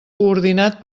coordinat